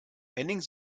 henning